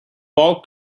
ball